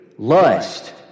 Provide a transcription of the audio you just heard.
Lust